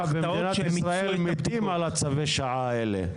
במדינת ישראל מתים על צווי השעה האלה.